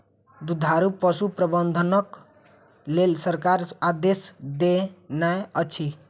दुधारू पशु प्रबंधनक लेल सरकार आदेश देनै अछि